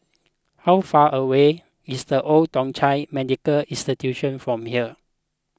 how far away is the Old Thong Chai Medical Institution from here